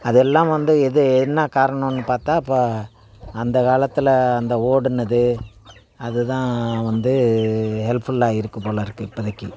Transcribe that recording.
அதெல்லாம் வந்து எது என்ன காரணம்னு பார்த்தா இப்போ அந்தக் காலத்தில் அந்த ஓடினது அது தான் வந்து ஹெல்ப்ஃபுல்லாக இருக்குது போல இருக்குது இப்போதைக்கி